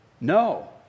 No